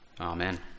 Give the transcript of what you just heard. Amen